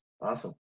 awesome